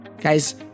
Guys